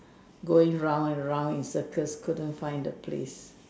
going round and round in circles couldn't find the place